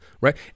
Right